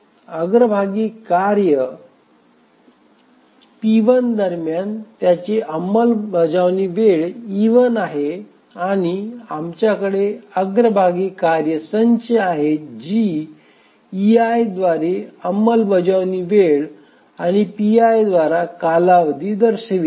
अग्रभागी कार्य p1 दरम्यान त्याचे अंमलबजावणी वेळ e1 आहे आणि आमच्याकडे अग्रभागी कार्ये संच आहेत जी ei द्वारे अंमलबजावणी वेळ आणि pi द्वारा कालावधी दर्शवितात